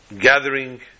gathering